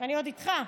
אני עוד איתך,